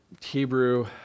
Hebrew